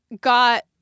got